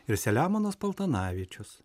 ir selemonas paltanavičius